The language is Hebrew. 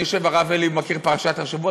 יושב פה הרב אלי ומכיר את פרשת השבוע.